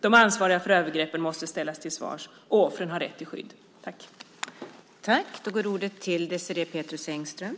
De ansvariga för övergreppen måste ställas till svars, och offren har rätt till skydd.